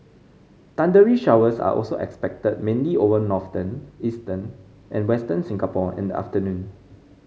thundery showers are also expected mainly over northern eastern and Western Singapore in the afternoon